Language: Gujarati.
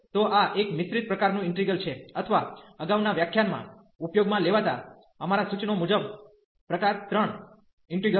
તો આ એક મિશ્રિત પ્રકારનું ઇન્ટિગલ છે અથવા અગાઉના વ્યાખ્યાન માં ઉપયોગમાં લેવાતા અમારા સૂચનો મુજબ પ્રકાર 3 ઇન્ટિગ્રલ્સ છે